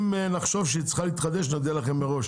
אם נחשוב שהיא צריכה להתחדש, נודיע לכם מראש.